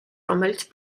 რომელიც